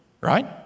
Right